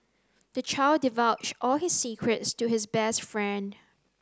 the child divulged all his secrets to his best friend